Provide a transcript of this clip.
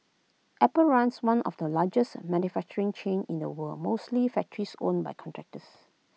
apple runs one of the largest manufacturing chain in the world mostly factories owned by contractors